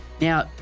Now